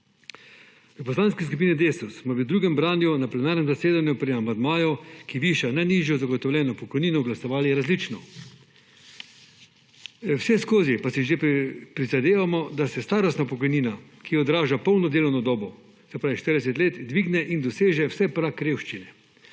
V Poslanski skupini Desus smo v drugem branju na plenarnem zasedanju pri amandmaju, ki viša najnižjo zagotovljeno pokojnino, glasovali različno. Vseskozi pa si že prizadevamo, da se starostna pokojnina, ki odraža polno delovno dobo, se pravi 40 let, dvigne in doseže vsaj prag revščine.